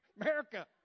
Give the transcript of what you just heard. America